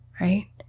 right